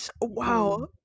Wow